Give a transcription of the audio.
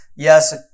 Yes